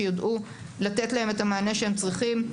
שידעו לתת להם את המענה שהם צריכים.